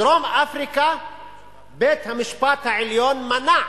בדרום-אפריקה בית-המשפט העליון מנע,